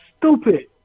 stupid